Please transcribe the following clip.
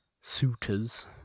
suitors